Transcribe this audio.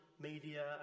media